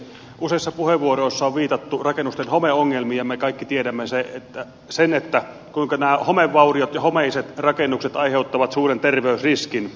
useissa puheenvuoroissa on viitattu rakennusten homeongelmiin ja me kaikki tiedämme sen kuinka nämä homevauriot ja homeiset rakennukset aiheuttavat suuren terveysriskin